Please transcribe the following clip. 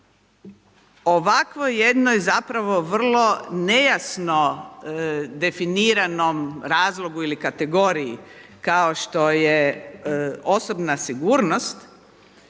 ovakvoj jednoj zapravo vrlo nejasno definiranom razlogu ili kategoriji kao što je osobna sigurnost,